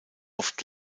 oft